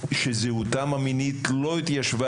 ושזהותם המינית לא התיישבה,